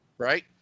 Right